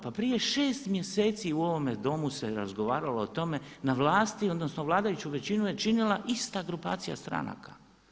Pa prije šest mjeseci u ovome Domu se razgovaralo o tome, na vlasti, odnosno vladajuću većinu je činila ista grupacija stranaka.